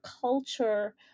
culture